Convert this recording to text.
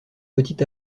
petit